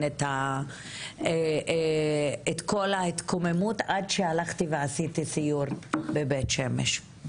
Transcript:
את כל ההתקוממות עד שהלכתי ועשיתי סיור בבית שמש.